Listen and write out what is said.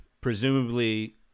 Presumably